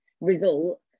result